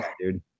dude